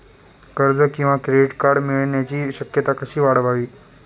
कर्ज किंवा credit card मिळण्याची शक्यता कशी वाढवावी?